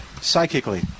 Psychically